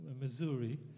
Missouri